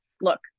look